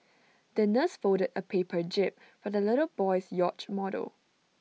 the nurse folded A paper jib for the little boy's yacht model